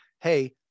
hey